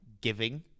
giving